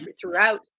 throughout